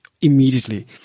immediately